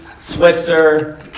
Switzer